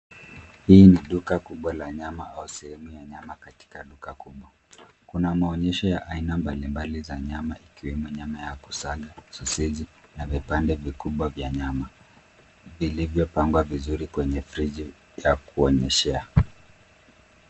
Hii ni duka kubwa la nyama au sehemu ya nyama katika duka kubwa. Kuna maonyesho ya aina mbali mbali za nyama ikiwemo: nyama ya kusaga, soseji na vipande vikubwa vya nyama, vilivyopangwa vizuri kwenye friji ya kuonyeshea.